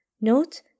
Note